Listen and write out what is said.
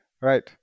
right